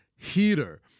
Heater